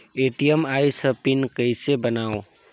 ATM आइस ह pin कइसे बनाओ?